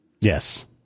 Yes